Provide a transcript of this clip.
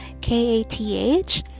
K-A-T-H